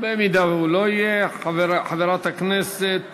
אם הוא לא יהיה, חברת הכנסת